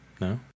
no